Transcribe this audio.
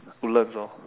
woodlands orh